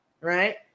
Right